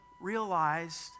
realized